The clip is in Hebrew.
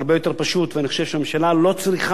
ואני חושב שהממשלה לא צריכה להגדיל את הגירעון.